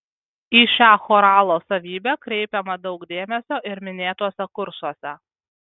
į šią choralo savybę kreipiama daug dėmesio ir minėtuose kursuose